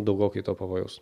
daugokai to pavojaus